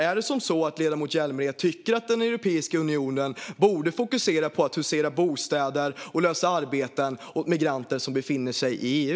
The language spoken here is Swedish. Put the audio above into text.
Är det så att ledamoten Hjälmered tycker att Europeiska unionen borde fokusera på att ordna bostäder och arbeten åt migranter som befinner sig i EU?